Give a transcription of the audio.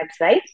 website